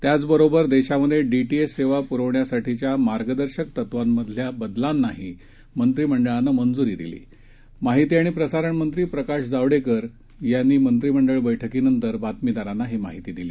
त्याचबरोबरदेशातडीटीएचसेवाप्रवण्यासाठीच्यामार्गदर्शकतत्वांमधल्याबदलानाहीमंत्रिमंडळानंमंजूरीदिली माहितीआणिप्रसारणमंत्रीप्रकाशजावडेकरयांनीमंत्रिमंडळबैठकीनंतरबातमीदारांनाहीमाहितीदिली